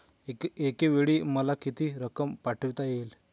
एकावेळी मला किती रक्कम पाठविता येईल?